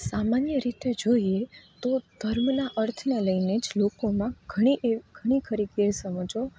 સામાન્ય રીતે જોઈએ તો ધર્મના અર્થને લઈને જ લોકોમાં ઘણી એ ઘણીખરી ગેરસમજો